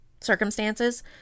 circumstances